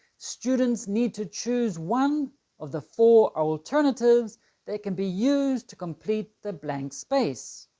students need to choose one of the four alternatives that can be used to complete the blank space.